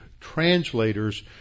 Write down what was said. translators